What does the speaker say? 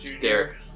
Derek